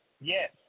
Yes